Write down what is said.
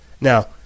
Now